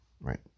Right